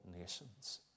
nations